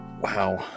wow